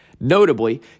Notably